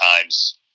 times